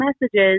messages